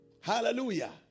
Hallelujah